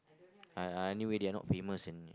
I I anywhere they are not famous in